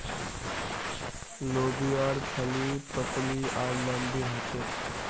लोबियार फली पतली आर लम्बी ह छेक